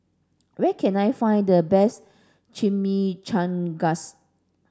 where can I find the best Chimichangas